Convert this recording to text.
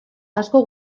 asko